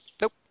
Nope